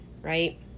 right